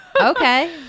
Okay